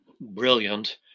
brilliant